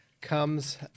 comes